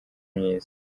myiza